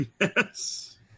Yes